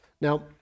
Now